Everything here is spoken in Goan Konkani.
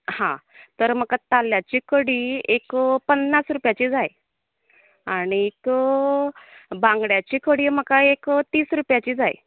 हां तर म्हाका ताल्ल्याची कडी एक पन्नास रुपयाची जाय आनीक बांगड्याची कडी म्हाका एक तीस रुपयाची जाय